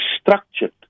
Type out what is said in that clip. structured